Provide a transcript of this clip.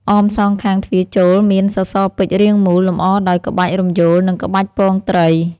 អមសងខាងទ្វារចូល មាន សសរពេជ្ររាងមូល លម្អដោយ ក្បាច់រំយោល និង ក្បាច់ពងត្រី។